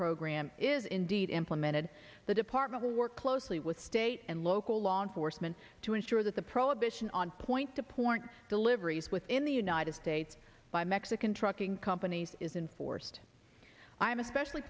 program is indeed implemented the department will work closely with state and local law enforcement to ensure that the prohibition on point to point deliveries within the united states by mexican trucking companies is enforced i'm especially